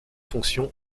fonctions